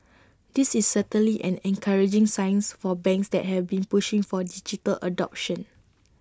this is certainly an encouraging signs for banks that have been pushing for digital adoption